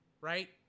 right